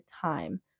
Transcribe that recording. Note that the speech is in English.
time